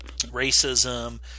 racism